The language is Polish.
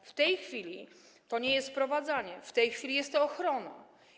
W tej chwili to nie jest wprowadzane, w tej chwili jest ochrona.